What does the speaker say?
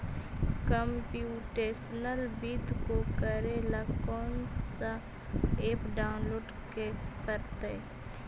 computational वित्त को करे ला कौन स ऐप डाउनलोड के परतई